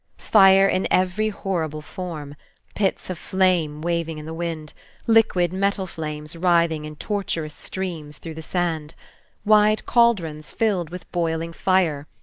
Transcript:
fire in every horrible form pits of flame waving in the wind liquid metal-flames writhing in tortuous streams through the sand wide caldrons filled with boiling fire,